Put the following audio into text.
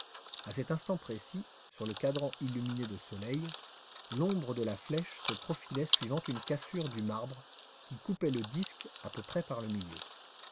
à cet instant précis sur le cadran illuminé de soleil l'ombre de la flèche se profilait suivant une cassure du marbre qui coupait le disque à peu près par le milieu